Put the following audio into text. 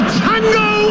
tango